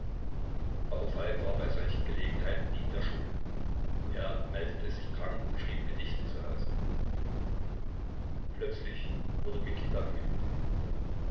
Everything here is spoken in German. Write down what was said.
aber falk war bei solchen gelegenheiten nie in der schule er meldete sich krank und schrieb gedichte zu hause plötzlich wurde mikita wütend